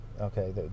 okay